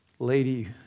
lady